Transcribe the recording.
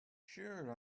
sure